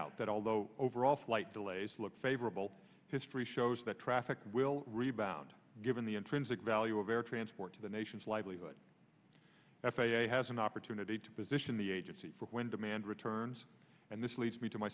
out that although overall flight delays look favorable history shows that traffic will rebound given the intrinsic value of air transport to the nation's livelihood f a a has an opportunity to position the agency for when demand returns and this leads me to my